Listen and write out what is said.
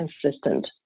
consistent